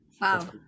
wow